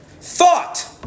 Thought